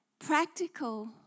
Practical